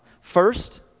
First